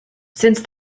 since